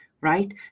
right